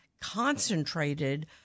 concentrated